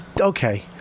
okay